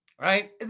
right